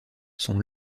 sont